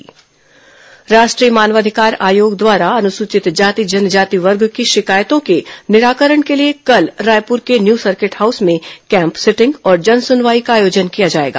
अजा जजा जनस्नवाई राष्ट्रीय मानवाधिकार आयोग द्वारा अनुसूचित जाति जनजाति वर्ग की शिकायतों के निराकरण के लिए कल रायपुर के न्यू सर्किट हाउस में कैम्प सीटिंग और जनसुनवाई का आयोजन किया जाएगा